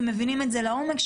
ומבינים את זה לעומק,